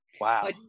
Wow